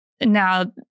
Now